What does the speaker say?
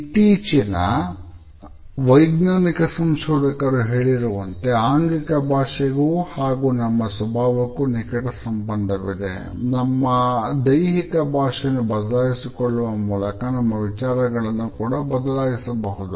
ಇತ್ತೀಚಿನ ವೈಜ್ಞಾನಿಕ ಸಂಶೋಧಕರು ಹೇಳಿರುವಂತೆ ಆಂಗಿಕ ಭಾಷೆಗೂ ಹಾಗೂ ನಮ್ಮ ಸ್ವಭಾವಕ್ಕೂ ನಿಕಟ ಸಂಬಂಧವಿದೆ ನಮ್ಮ ದೈಹಿಕ ಭಾಷೆಯನ್ನು ಬದಲಾಯಿಸಿಕೊಳ್ಳುವ ಮೂಲಕ ನಮ್ಮ ವಿಚಾರಗಳನ್ನು ಕೂಡ ಬದಲಿಸಬಹುದು